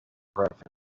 preference